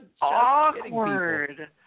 Awkward